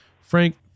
Frank